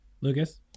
Lucas